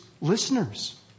Listeners